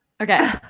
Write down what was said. Okay